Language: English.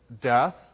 death